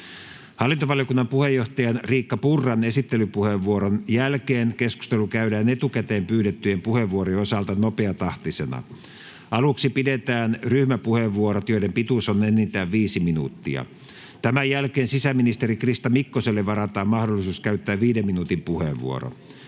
Hallintovaliokunnan puheenjohtajan Riikka Purran esittelypuheenvuoron jälkeen keskustelu käydään etukäteen pyydettyjen puheenvuorojen osalta nopeatahtisena. Aluksi pidetään ryhmäpuheenvuorot, joiden pituus on enintään viisi minuuttia. Tämän jälkeen sisäministeri Krista Mikkoselle varataan mahdollisuus käyttää viiden minuutin puheenvuoro.